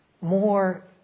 more